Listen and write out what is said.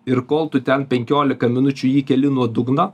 ir kol tu ten penkiolika minučių jį keli nuo dugno